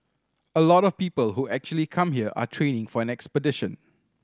a lot of people who actually come here are training for an expedition